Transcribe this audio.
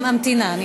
אני